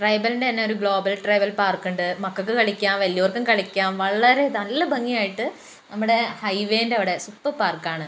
ട്രൈബലിൻ്റെ തന്നെ ഒരു global tribal പാർക്കുണ്ട് മക്കൾക്കു കളിക്കാം വല്ല്യോർക്കും കളിക്കാം വളരെ നല്ല ഭംഗിയായിട്ട് നമ്മടെ ഹൈവേൻ്റെ അവിടെ സൂപ്പർ പാർക്കാണ്